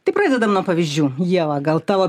tai pradedam nuo pavyzdžių ieva gal tavo